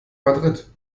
madrid